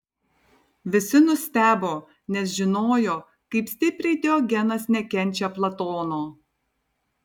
visi nustebo nes žinojo kaip stipriai diogenas nekenčia platono